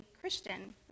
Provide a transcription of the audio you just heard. Christian